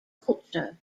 culture